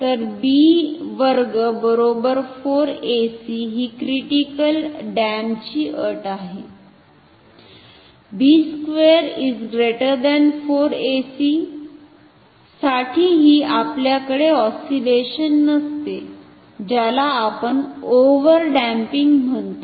तर b2 4 ac हि critically damp ची अट आहे b2 4 ac साठिही आपल्याकडे ऑस्सिलेशन नसते ज्याला आपण ओव्हर डॅम्पिंग म्हणतो